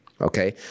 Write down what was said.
Okay